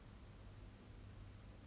no lah they don't have their choice [what]